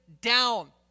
down